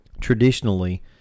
traditionally